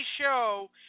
show